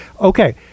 Okay